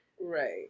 Right